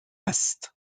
است